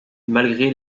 malgré